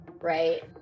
Right